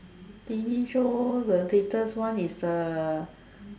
T_V show the latest one is the